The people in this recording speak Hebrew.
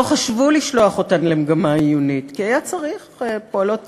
לא חשבו לשלוח אותן למגמה עיונית כי היה צריך פועלות טקסטיל.